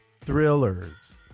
thrillers